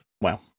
wow